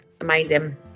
Amazing